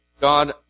God